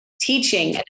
teaching